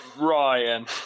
Ryan